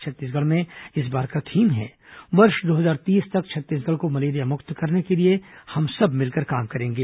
छत्तीसगढ़ में इस बार का थीम है वर्ष दो हजार तीस तक छत्तीसगढ़ को मलेरिया मुक्त करने के लिए हम सब मिलकर काम करेंगे